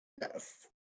Yes